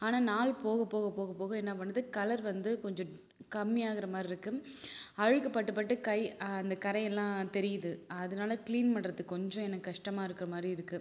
ஆனால் நாள் போக போக போக போக என்ன பண்ணுது கலர் வந்து கொஞ்சம் கம்மியாகிற மாதிரி இருக்கு அழுக்கு பட்டு பட்டு கை அந்த கறையெல்லாம் தெரியுது அதனால் க்ளீன் பண்ணுறதுக்கு கொஞ்சம் எனக்கு கஷ்டமாக இருக்கிற மாதிரி இருக்கு